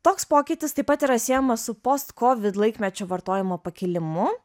toks pokytis taip pat yra siejamas su postkovid laikmečio vartojimo pakilimu